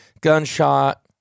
gunshot